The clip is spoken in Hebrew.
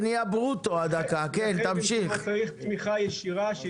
זה דבר שמצריך משרד עם חשיבה קדימה, איך